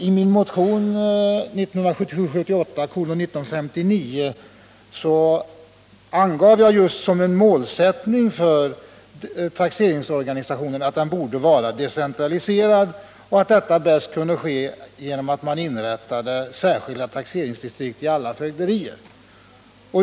I min motion 1977/78:1959 angav jag just som en målsättning för taxeringsorganisationen att den borde vara decentraliserad och att detta bäst kunde ske genom att man inrättade särskilda taxeringsdistrikt i alla fögderier.